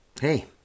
hey